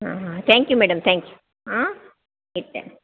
ಹಾಂ ಹಾಂ thank you madam thank you ಹಾಂ ಇಡ್ತೇನೆ